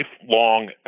lifelong